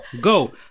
Go